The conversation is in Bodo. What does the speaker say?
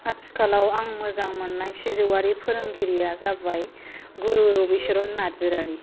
आथिखालाव आं मोजां मोननाय सिजौवारि फोरोंगिरिया जाबाय गुरु रबिचरन नार्जीरारी